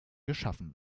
geschaffen